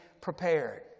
prepared